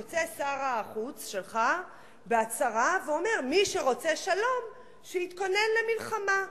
יוצא שר החוץ שלך בהצהרה ואומר: מי שרוצה שלום שיתכונן למלחמה,